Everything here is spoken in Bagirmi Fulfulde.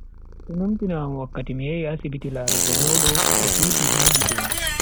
Do numtina am wakkati mi yehi asibiti larugo nyaudo o tuti ha gite am.